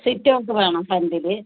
sit out വേണം ഫ്രണ്ടില്